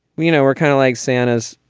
you know, we're kind of like santas